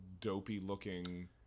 dopey-looking